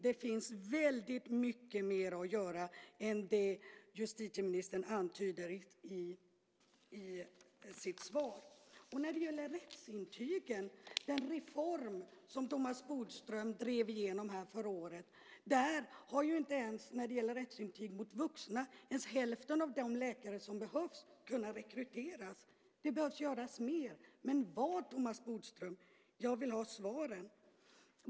Det finns väldigt mycket mer att göra än det som justitieministern antyder i sitt svar. Thomas Bodström drev häromåret igenom en reform när det gäller rättsintygen. När det gäller rättsintyg för vuxna har inte ens hälften av de läkare som behövts kunnat rekryteras. Det behöver göras mer, men vad, Thomas Bodström? Jag vill ha svaren.